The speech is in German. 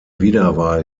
wiederwahl